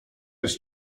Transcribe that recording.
jest